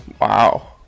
Wow